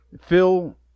Phil